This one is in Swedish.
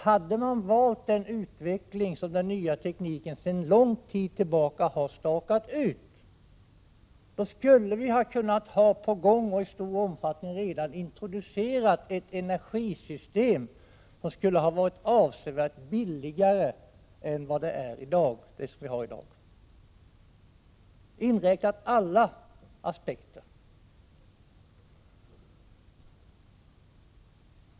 Hade man valt den utveckling den nya tekniken sedan ganska lång tid tillbaka stakat ut, skulle vi kunnat ha på gång och i stor omfattning redan introducerat ett energisystem som skulle ha varit avsevärt billigare än dagens.